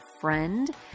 friend